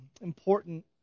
important